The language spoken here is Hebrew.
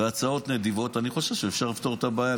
הצעות נדיבות, אני חושב שאפשר לפתור את הבעיה.